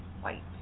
white